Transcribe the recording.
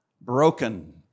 broken